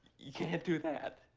you can't do that.